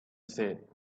said